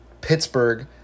Pittsburgh